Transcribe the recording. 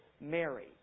Mary